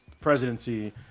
presidency